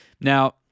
Now